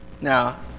Now